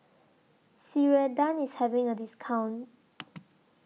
Ceradan IS having A discount